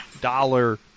dollar